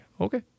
Okay